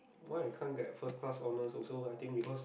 why I can't get first class honour also I think because